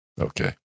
Okay